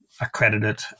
accredited